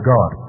God